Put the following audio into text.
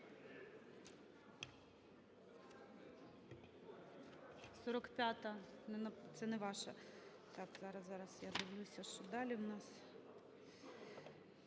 45-а. Це не ваша. Так, зараз, зараз, я дивлюся, що далі у нас.